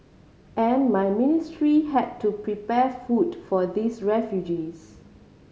and my ministry had to prepare food for these refugees